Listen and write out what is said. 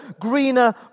greener